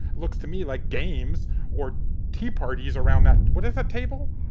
looks to me like games or tea parties around that. what is a table?